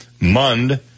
MUND